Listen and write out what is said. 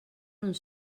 uns